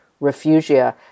refugia